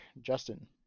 Justin